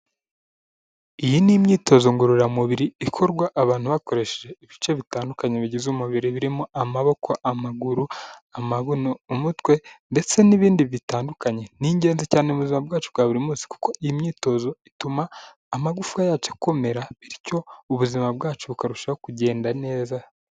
Iyi ni imyitozo ngororamubiri ikorwa abantu bakoresheje ibice bitandukanye bigize umubiri birimo amaboko, amaguru, amabuno, umutwe ndetse n'ibindi bitandukanye, ni ingenzi cyane mu buzima bwacu bwa buri munsi kuko iyi myitozo ituma amagufawa yacu akomera bityo ubuzima bwacu bukarushaho kugenda neza.